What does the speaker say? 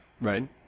Right